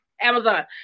Amazon